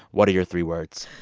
what are your three words?